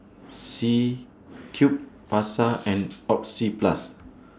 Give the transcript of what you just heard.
C Cube Pasar and Oxyplus